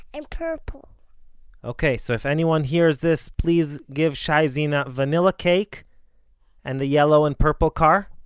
and purple ok, so if anyone hears this, please give shai zena vanilla cake and a yellow and purple car?